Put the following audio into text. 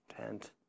tent